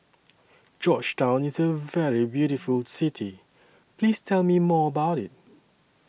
Georgetown IS A very beautiful City Please Tell Me More about IT